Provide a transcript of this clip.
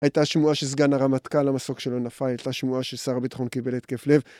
הייתה שמועה שסגן הרמטכ"ל המסוק שלו נפל, הייתה שמועה ששר הביטחון קיבל התקף לב